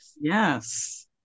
yes